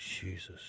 Jesus